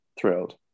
thrilled